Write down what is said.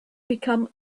become